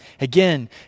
Again